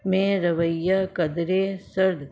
میں رویہ قدرے سرد